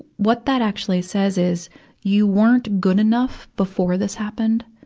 what that actually says is you weren't good enough before this happened,